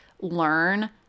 learn